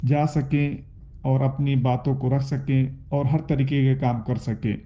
جا سکیں اور اپنی باتوں کو رکھ سکیں اور ہر طریقے کے کام کر سکیں